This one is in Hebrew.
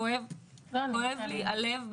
כואב לי הלב,